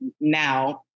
Now